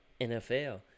NFL